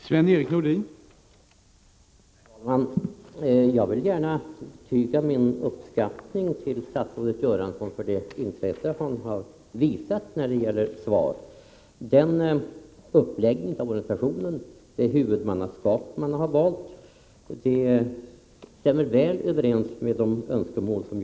Sverige har en mycket generös lagstiftning vad gäller tillgång till natur och kulturella värden. I åtminstone ett fall har emellertid dessa värden åsidosatts grovt, och det gäller allmänhetens tillträde till Drottningholm.